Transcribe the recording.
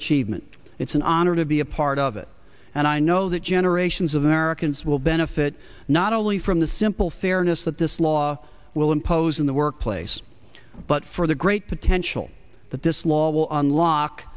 achievement it's an honor to be a part of it and i know that generations of americans will benefit not only from the simple fairness that this law will impose in the workplace but for the great potential that this law will unlock